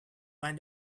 when